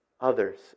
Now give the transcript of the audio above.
others